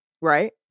Right